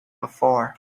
before